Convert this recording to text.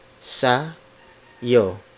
sa'yo